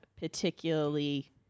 particularly